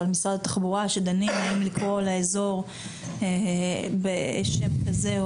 או על משרד התחבורה שדנים אם לקרוא לאזור בשם כזה או